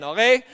Okay